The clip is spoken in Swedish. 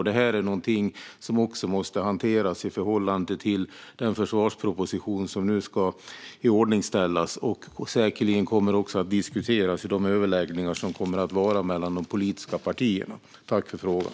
Det är någonting som måste hanteras i förhållande till den försvarsproposition som nu ska iordningställas och säkerligen kommer att diskuteras i de överläggningar som kommer att vara mellan de politiska partierna. Tack för frågan!